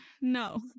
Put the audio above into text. No